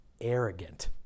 arrogant